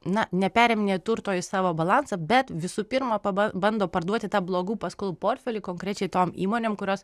na neperiminėja turto į savo balansą bet visų pirma paba bando parduoti tą blogų paskolų portfelį konkrečiai tom įmonėm kurios